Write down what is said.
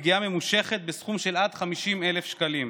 ממושכת בסכום של עד 50,000 שקלים,